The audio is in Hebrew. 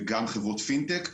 וגם חברות פינטק.